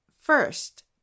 first